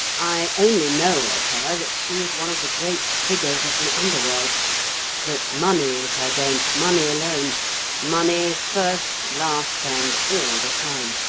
i only know of her that she is one of the great figures of the underworld that money is her game money alone money first, last, and all the time